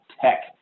tech